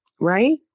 right